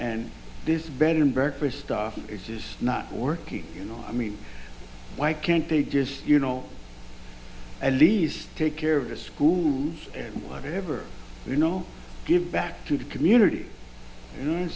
and this bed and breakfast stuff it's just not working you know i mean why can't they just you know at least take care of the schools and whatever you know give back to the community you know